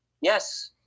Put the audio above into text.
Yes